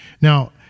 Now